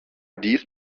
these